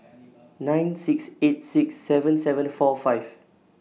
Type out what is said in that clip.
nine six eight six seven seven four five